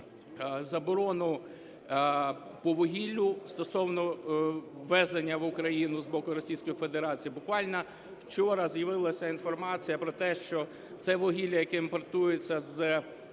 заборону по вугіллю стосовно ввезення в Україну з боку Російської Федерації. Буквально вчора з'явилася інформація про те, що це вугілля, яке імпортується з